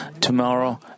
tomorrow